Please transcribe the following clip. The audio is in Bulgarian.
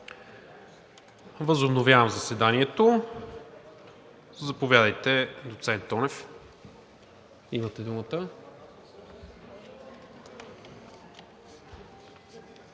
Възобновявам заседанието. Заповядайте, доцент Тонев. Имате думата.